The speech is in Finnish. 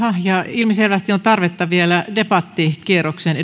ilmiselvästi on tarvetta vielä debattikierrokseen